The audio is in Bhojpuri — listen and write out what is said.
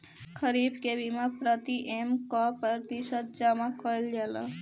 खरीफ के बीमा प्रमिएम क प्रतिशत जमा कयील जाला?